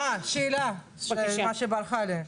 אה, השאלה שברחה לי.